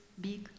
big